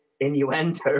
innuendo